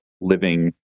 living